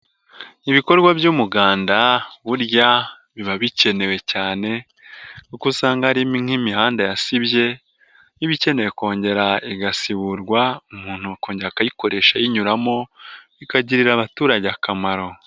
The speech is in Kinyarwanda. Ibikorwa by'umuganda burya biba bikenewe cyane, kuko usanga hari nk'imihanda yasibye, iba ikeneye kongera igasiburwa umuntu akongera akayikoresha ayinyuramo, bikagirira abaturage akamaro.